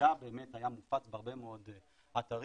מידע באמת היה מופץ בהרבה מאוד אתרים,